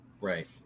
Right